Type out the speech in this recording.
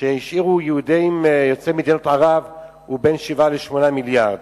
שהשאירו יהודים יוצאי מדינות ערב הוא בין 7 ל-8 מיליארדים.